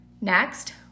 Next